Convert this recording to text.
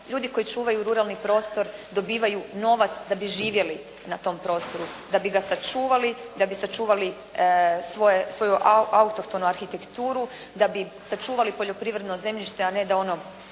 ljudi koji čuvaju ruralni prostor dobivaju novac da bi živjeli na tom prostoru, da bi ga sačuvali, da bi sačuvali svoju autohtonu arhitekturu, da bi sačuvali poljoprivredno zemljište, a ne da ono